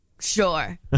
Sure